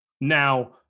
Now